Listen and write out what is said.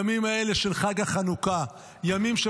הימים האלה של חג החנוכה,